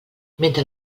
mentre